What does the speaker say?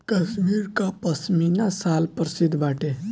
कश्मीर कअ पशमीना शाल प्रसिद्ध बाटे